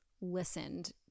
listened